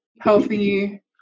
healthy